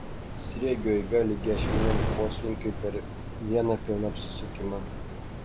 sriegio eiga lygi ašiniam poslinkiui per vieną pilną apsisukimą